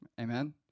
Amen